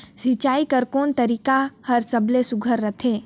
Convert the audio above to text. सिंचाई कर कोन तरीका हर सबले सुघ्घर रथे?